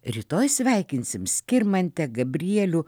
rytoj sveikinsim skirmantę gabrielių